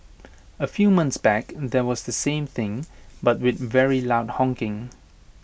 A few months back there was the same thing but with very loud honking